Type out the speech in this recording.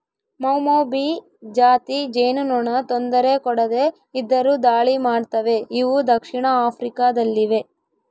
ಮೌಮೌಭಿ ಜಾತಿ ಜೇನುನೊಣ ತೊಂದರೆ ಕೊಡದೆ ಇದ್ದರು ದಾಳಿ ಮಾಡ್ತವೆ ಇವು ದಕ್ಷಿಣ ಆಫ್ರಿಕಾ ದಲ್ಲಿವೆ